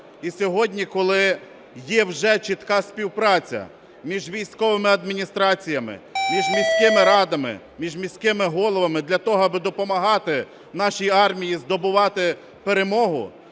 І сьогодні, коли є вже чітка співпраця між військовими адміністраціями, між міськими радами, між міськими головами для того, аби допомагати нашій армії здобувати перемогу,